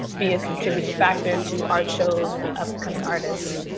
be a contributing factor to art shows and upcoming artists,